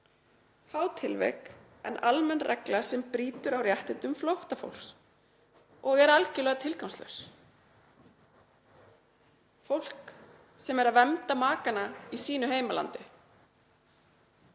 fá tilvik en almenn regla sem brýtur á réttindum flóttafólks og er algjörlega tilgangslaus. Fólk er að vernda maka sinn í sínu heimalandi.